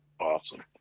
awesome